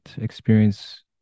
experience